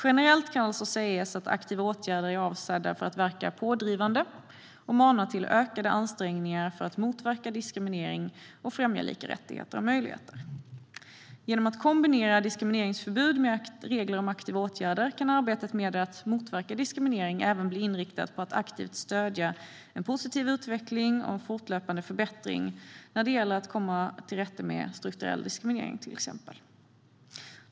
Generellt kan alltså sägas att aktiva åtgärder är avsedda att verka pådrivande och mana till ökade ansträngningar för att motverka diskriminering och främja lika rättigheter och möjligheter. Genom att kombinera diskrimineringsförbud med regler om aktiva åtgärder kan arbetet med att motverka diskriminering även bli inriktat på att aktivt stödja en positiv utveckling och en fortlöpande förbättring när det gäller att komma till rätta med till exempel strukturell diskriminering.